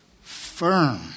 firm